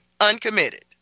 uncommitted